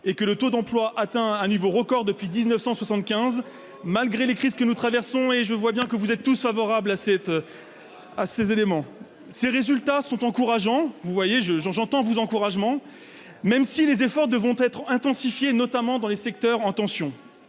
et que le taux d'emploi atteint un niveau record depuis 1975, malgré les crises que nous traversons. Je vois bien que vous êtes tous favorables à ces éléments, mes chers collègues ! Ces résultats sont encourageants- et j'entends d'ailleurs vos encouragements !-, même si les efforts doivent être intensifiés, notamment dans les secteurs en tension.